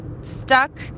stuck